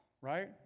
right